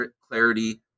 clarity